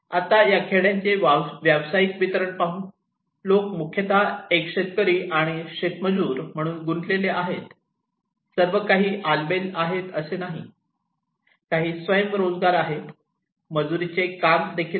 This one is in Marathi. आता खेड्यांचे व्यावसायिक वितरण पाहू लोक मुख्यत एक शेतकरी आणि शेतमजूर म्हणून गुंतलेले आहेत काही स्वयंरोजगार आहेत मजुरीचे कामगार देखील आहेत